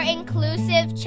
Inclusive